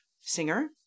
singer